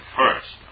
first